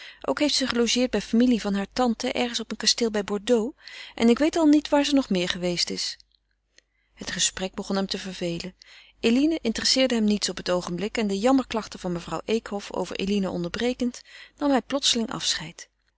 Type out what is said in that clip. ook heeft ze gelogeerd bij familie van haar tante ergens op een kasteel bij bordeaux en ik weet niet waar ze nog meer geweest is het gesprek begon hem te vervelen eline interesseerde hem niets op het oogenblik en de jammerklachten van mevrouw eekhof over eline onderbrekend nam hij plotseling afscheid